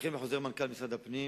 וכן בחוזר מנכ"ל משרד הפנים